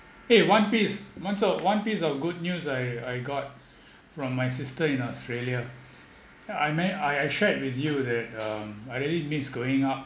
eh one piece monzu one piece of good news I I got from my sister in australia I may I I shared with you that um I really miss going up